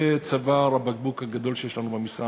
זה צוואר הבקבוק הגדול שיש לנו במשרד,